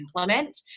implement